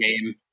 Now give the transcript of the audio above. game